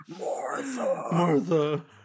Martha